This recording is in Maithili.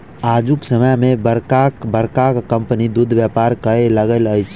आजुक समय मे बड़का बड़का कम्पनी दूधक व्यापार करय लागल अछि